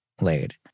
laid